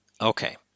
okay